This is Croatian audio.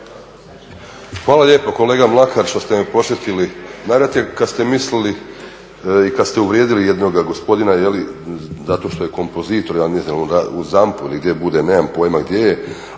Hvala lijepa kolega Mlakar što ste me podsjetili, …/Govornik se ne razumije./… kada ste mislili i kada ste uvrijedili jednoga gospodina zato što je kompozitor, ja ne znam da li on u ZAMP-u ili gdje bude nemam pojma gdje je